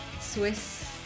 Swiss